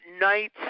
night